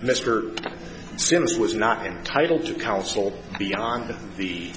mr sims was not entitled to counsel beyond the